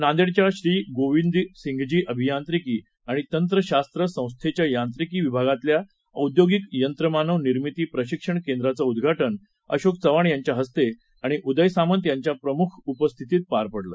नांदेडच्या श्री गुरुगोविंद सिंघजी अभियांत्रिकी आणि तंत्रशास्त्र संस्थेच्या यांत्रिकी विभागातल्या औद्योगिक यंत्रमानव निर्मिती प्रशिक्षण केंद्राचं उद्घाटन अशोक चव्हाण यांच्या हस्ते आणि उदय सामंत यांच्या प्रमुख उपस्थितीत झालं